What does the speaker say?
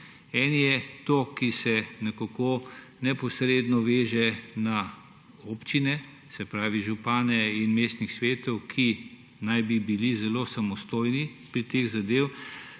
En je ta, ki se nekako neposredno veže na občine, se pravi župane in mestnih svetov, ki naj bi bili zelo samostojnosti pri teh